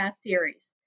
series